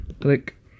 Click